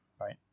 right